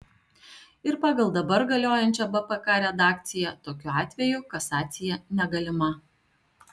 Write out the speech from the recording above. ir pagal dabar galiojančią bpk redakciją tokiu atveju kasacija negalima